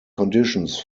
conditions